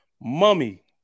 mummy